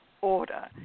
order